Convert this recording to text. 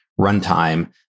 runtime